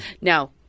Now